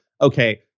Okay